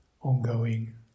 ongoing